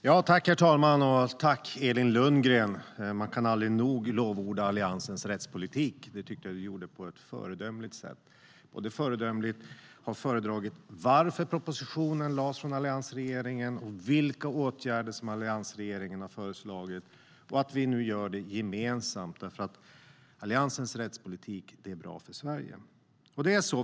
Herr talman! Tack, Elin Lundgren! Man kan aldrig nog lovorda Alliansens rättspolitik, och det tycker jag att du gjorde på ett föredömligt sätt. Du har också föredömligt föredragit varför alliansregeringen lade fram propositionen, vilka åtgärder alliansregeringen föreslog samt att vi nu gör detta gemensamt. Alliansens rättspolitik är nämligen bra för Sverige.